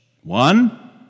One